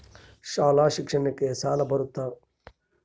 ಶಾಲಾ ಶಿಕ್ಷಣಕ್ಕ ಸಾಲ ಬರುತ್ತಾ?